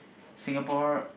Singapore